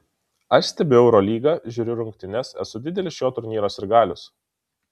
aš stebiu eurolygą žiūriu rungtynes esu didelis šio turnyro sirgalius